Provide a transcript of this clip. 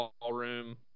Ballroom